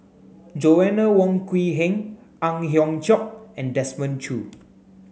Joanna Wong Quee Heng Ang Hiong Chiok and Desmond Choo